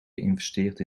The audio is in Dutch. geïnvesteerd